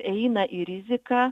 eina į riziką